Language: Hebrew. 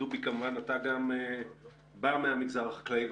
דובי, אתה גם בא מהמגזר החקלאי.